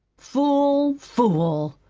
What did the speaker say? fool! fool!